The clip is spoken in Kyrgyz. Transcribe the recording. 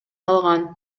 алган